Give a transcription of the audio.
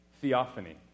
Theophany